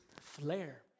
flare